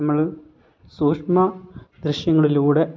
നമ്മള് സൂക്ഷമ ദൃശ്യങ്ങളിലൂടെ